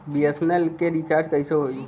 BSNL के recharge कैसे होयी?